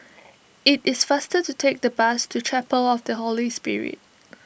it is faster to take the bus to Chapel of the Holy Spirit